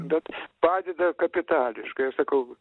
bet padeda kapitališkai aš sakau